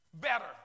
better